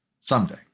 someday